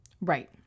Right